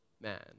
man